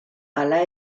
hala